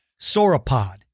sauropod